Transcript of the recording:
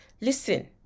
listen